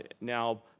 Now